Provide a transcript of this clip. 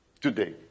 today